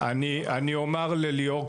אני אומר לליאור,